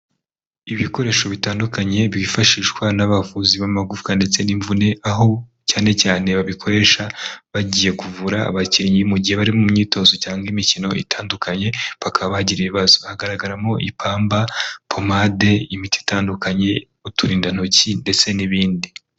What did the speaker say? Ibikoresho bitandukanye byifashishwa n'abavuzi b'amagufwa ndetse n'imvune, aho cyane cyane babikoresha bagiye kuvura abakinnyi mu gihe bari mu myitozo cyangwa imikino itandukanye, bakaba bagira ibibazo. Hagaragaramo ipamba, pomade, imiti itandukanye, uturindantoki ndetse n'ibindi.